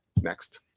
Next